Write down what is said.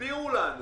תסבירו לנו.